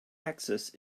axis